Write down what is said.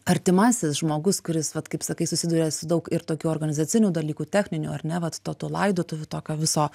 artimasis žmogus kuris vat kaip sakai susiduria su daug ir tokių organizacinių dalykų techninių ar ne vat to to laidotuvių tokio viso